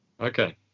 Okay